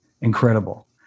incredible